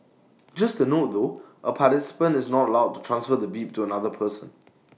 just A note though A participant is not allowed to transfer the bib to another person